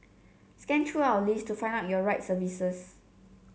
scan through our list to find out your right services